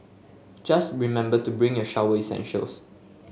just remember to bring your shower essentials